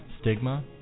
stigma